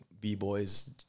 b-boys